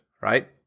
right